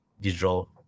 digital